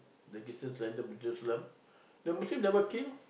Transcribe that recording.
the Christian surrender to Jerusalem the Muslim never kill